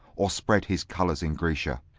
or spread his colours in graecia,